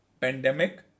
pandemic